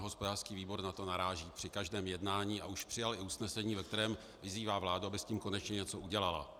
Hospodářský výbor na to naráží při každém jednání a už přijal usnesení, ve kterém vyzývá vládu, aby s tím konečně už něco udělala.